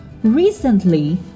Recently